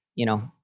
you know,